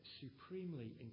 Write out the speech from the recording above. supremely